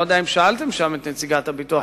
יודע אם שאלתם שם את נציגת הביטוח הלאומי.